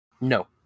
No